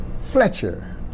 Fletcher